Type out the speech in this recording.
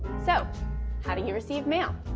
so how do you receive mail?